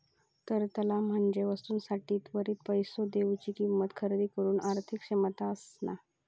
तरलता म्हणजे वस्तूंसाठी त्वरित पैसो देउची किंवा खरेदी करुची आर्थिक क्षमता असणा